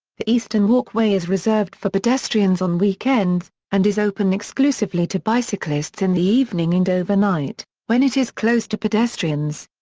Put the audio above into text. the eastern walkway is reserved for pedestrians on weekends, and is open exclusively to bicyclists in the evening and overnight, when it is closed to pedestrians.